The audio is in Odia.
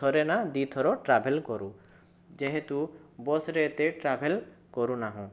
ଥରେ ନା ଦୁଇ ଥର ଟ୍ରାଭେଲ କରୁ ଯେହେତୁ ବସରେ ଏତେ ଟ୍ରାଭେଲ କରୁନାହୁଁ